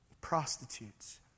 prostitutes